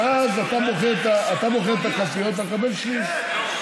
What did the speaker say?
ואז אתה בוחר את הקלפיות ואתה מקבל שליש,